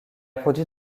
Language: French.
produit